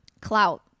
clout